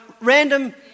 random